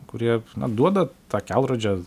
kurie na duoda tą kelrodžio